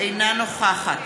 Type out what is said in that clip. אינה נוכחת